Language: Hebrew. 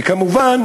וכמובן,